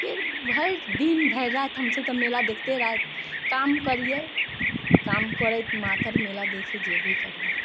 फेर भरि दिन भरि राति हमसब तऽ मेला देखते काम करिये काम करैत मातर मेला देखे जेबे करिये